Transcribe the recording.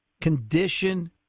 Condition